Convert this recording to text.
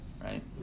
Right